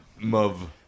Move